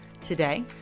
Today